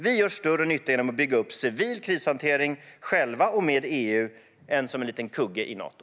Vi gör större nytta genom att bygga upp civil krishantering, själva och med EU, än som en liten kugge i Nato.